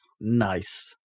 nice